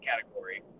category